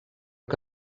que